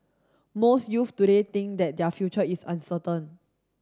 most youth today think that their future is uncertain